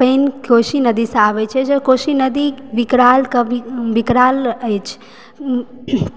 पानि कोशी नदीसँ आबय छै जे कोशी नदी विकराल कभी विकराल अछि